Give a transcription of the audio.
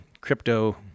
crypto